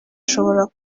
ashobora